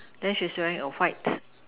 then she's wearing a white